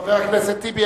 חבר הכנסת טיבי,